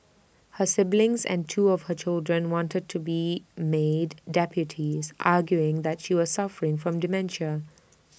her siblings and two of her children wanted to be made deputies arguing that she was suffering from dementia